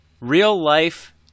real-life